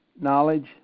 knowledge